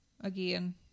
again